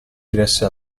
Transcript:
diresse